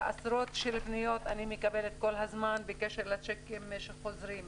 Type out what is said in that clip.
עשרות של פניות אני מקבלת כל הזמן בקשר לשיקים שחוזרים.